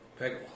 Peggle